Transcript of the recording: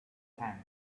tank